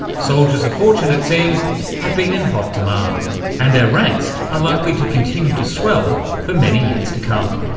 soldiers of fortune it seems have been in hot demand and their ranks are likely to continue to swell for many years to come.